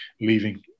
leaving